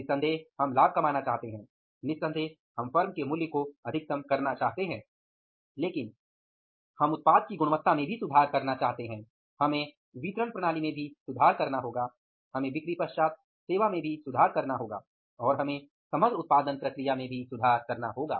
निस्संदेह हम लाभ कमाना चाहते हैं निस्संदेह हम फर्म के मूल्य को अधिकतम करना चाहते हैं लेकिन हम उत्पाद की गुणवत्ता में भी सुधार करना चाहते हैं हमें वितरण प्रणाली में भी सुधार करना होगा हमें बिक्री पश्चात सेवा में भी सुधार करना होगा और हमें समग्र उत्पादन प्रक्रिया में भी सुधार करना होगा